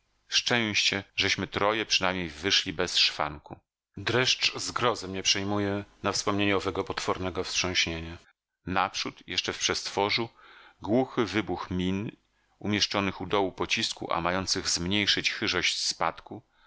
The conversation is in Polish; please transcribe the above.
szczęście żeśmy troje przynajmniej wyszli bez szwanku dreszcz zgrozy mnie przejmuje na wspomnienie owego potwornego wstrząśnienia naprzód jeszcze w przestworzu głuchy wybuch min umieszczonych u dołu pocisku a mających zmniejszyć chyżość spadku